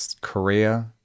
Korea